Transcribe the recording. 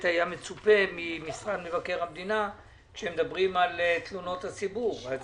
היו בו כ-50 נציגי תלונות ציבור מכל העולם